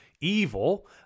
evil